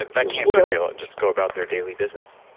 that can't be real, and just go about their daily business?